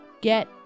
Get